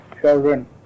children